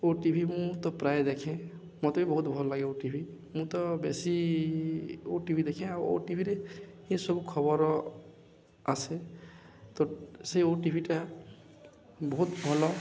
ଓ TV ମୁଁ ତ ପ୍ରାୟ ଦେଖେ ମୋତେ ବି ବହୁତ ଭଲ ଲାଗେ ଓ ଟିଭି ମୁଁ ତ ବେଶୀ ଓ ଟିଭି ଦେଖେ ଆଉ ଓ ଟିଭିରେ ଏସବୁ ଖବର ଆସେ ତ ସେ ଓ ଟିଭିଟା ବହୁତ ଭଲ